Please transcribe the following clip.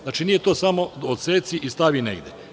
Znači, nije to samo odseci i stavi negde.